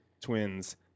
Twins